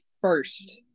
first